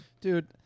Dude